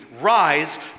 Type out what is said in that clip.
rise